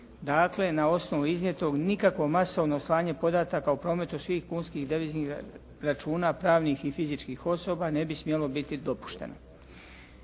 dakle na osnovu iznijetog nikakvo masovno slanje podataka u prometu svih kunskih i deviznih računa pravnih i fizičkih osoba ne bi smjelo biti dopušteno.